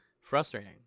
frustrating